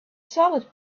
solid